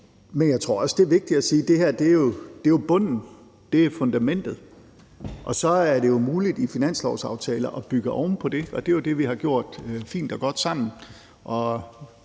Men jeg tror også, det er vigtigt at sige, at det her er bunden, det er fundamentet, og så er det jo muligt i finanslovsaftaler at bygge oven på det. Det er jo det, vi har gjort fint og godt sammen,